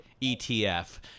ETF